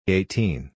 Eighteen